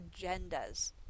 agendas